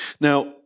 Now